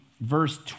verse